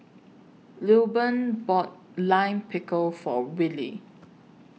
Lilburn bought Lime Pickle For Willy